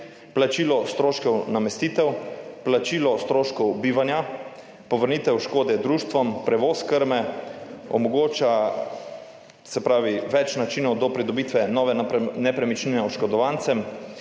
plačilo stroškov namestitev, plačilo stroškov bivanja, povrnitev škode društvom, prevoz krme omogoča, se pravi, več načinov do pridobitve nove nepremičnine oškodovancem,